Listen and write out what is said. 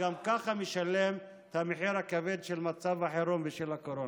שגם ככה משלם את המחיר הכבד של מצב החירום ושל הקורונה.